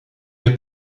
est